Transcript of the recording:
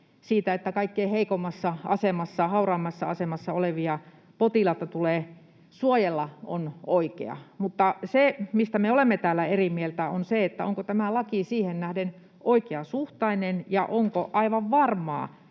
että kaikkein heikoimmassa asemassa, hauraimmassa asemassa olevia potilaita tulee suojella, on oikea. Mutta se, mistä me olemme täällä eri mieltä, on se, onko tämä laki siihen nähden oikeasuhtainen ja onko aivan varmaa,